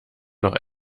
noch